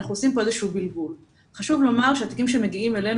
אנחנו עושים פה איזה שהוא בלבול.